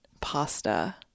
pasta